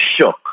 shook